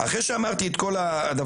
אחרי שאמרתי את כל זה,